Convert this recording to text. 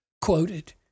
quoted